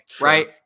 right